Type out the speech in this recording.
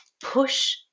push